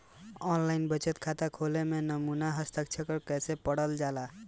आन line बचत खाता खोले में नमूना हस्ताक्षर करेके पड़ेला का?